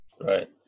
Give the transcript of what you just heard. Right